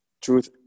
Truth